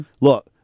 Look